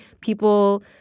people